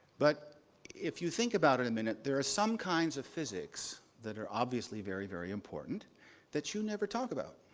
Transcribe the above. but if you think about it a minute, there are some kinds of physics that are obviously very, very important that you never talk about.